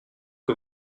que